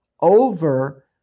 over